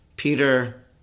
Peter